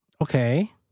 Okay